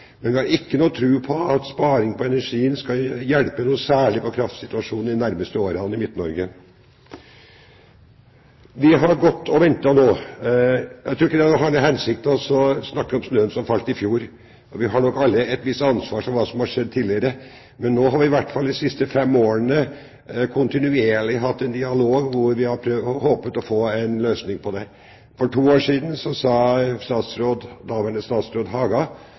noe særlig i de nærmeste årene. Jeg tror ikke det har noen hensikt å snakke om snøen som falt i fjor – vi har nok alle et visst ansvar for hva som har skjedd tidligere. Men i hvert fall de siste fem årene har vi kontinuerlig hatt en dialog hvor vi har håpet å få en løsning på dette. For to år siden sa daværende statsråd Haga